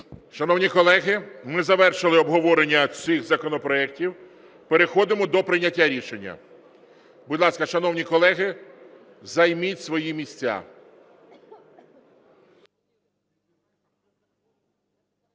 Шановні колеги, ми завершили обговорення цих законопроектів, переходимо до прийняття рішення. Будь ласка, шановні колеги, займіть свої місця.